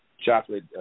chocolate